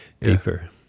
deeper